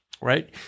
right